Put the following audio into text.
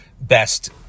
best